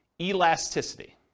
Elasticity